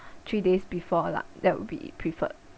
three days before lah that will be preferred